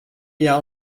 jou